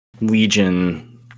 Legion